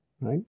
right